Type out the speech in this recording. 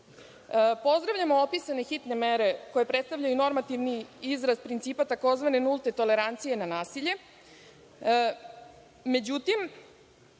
vode. Pozdravljamo opisane hitne mere koje predstavljaju normativni izraz principa tzv. nulte tolerancije na nasilje.